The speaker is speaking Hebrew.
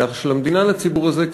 ביחס של המדינה לציבור הזה,